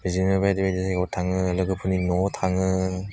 बिदिनो बायदि बायदि जायगायाव थाङो लोगोफोरनि न'वाव थाङो